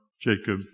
Jacob